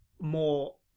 more